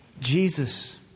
Jesus